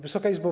Wysoka Izbo!